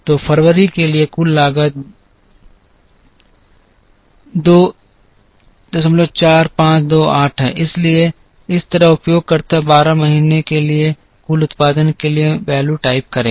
तो फरवरी के लिए कुल लागत 24528 है इसलिए इस तरह उपयोगकर्ता 12 महीनों के लिए कुल उत्पादन के लिए मान टाइप करेगा